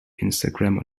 instagram